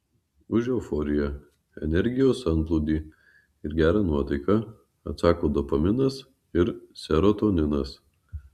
už euforiją energijos antplūdį ir gerą nuotaiką atsako dopaminas ir serotoninas